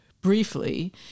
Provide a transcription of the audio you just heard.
briefly